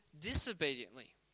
disobediently